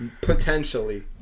Potentially